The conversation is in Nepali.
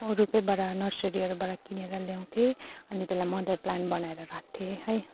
अरूकैबाट नर्सरीहरूबाट किनेर ल्याउँथेँ अनि त्यसलाई मदर प्लान्ट बनाएर राख्थेँ है